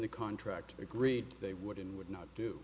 the contract agreed they would and would not do